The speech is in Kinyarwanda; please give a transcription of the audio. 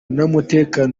n’umutekano